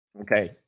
okay